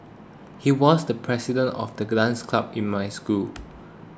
he was the president of the dance club in my school